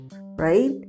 right